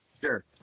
sure